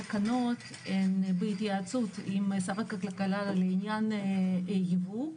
התקנות הן בהתייעצות עם שר הכלכלה לעניין ייבוא.